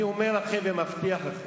אני אומר לכם ומבטיח לכם,